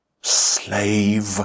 slave